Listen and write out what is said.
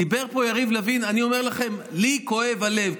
דיבר פה יריב לוין, ואני אומר לכם, לי כואב הלב.